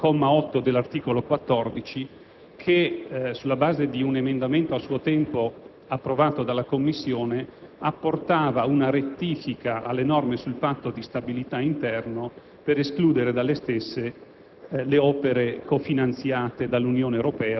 la frase riportata tra virgolette del comma 8 dell'articolo 14 che, sulla base di un emendamento a suo tempo approvato dalla Commissione, apportava una rettifica alle norme sul patto di stabilità interno per escludere dalle stesse